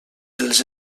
els